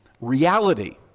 reality